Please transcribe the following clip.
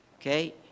Okay